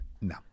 No